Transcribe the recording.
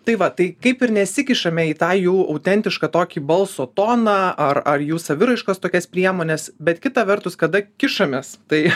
tai va tai kaip ir nesikišame į tą jų autentišką tokį balso toną ar ar jų saviraiškos tokias priemones bet kita vertus kada kišamės tai